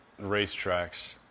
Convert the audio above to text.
racetracks